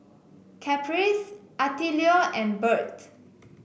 Caprice Attilio and Bert